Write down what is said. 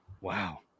Wow